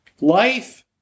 Life